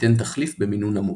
ניתן תחליף במינון נמוך.